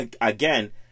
again